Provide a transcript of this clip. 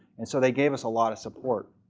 and so they gave us a lot of support.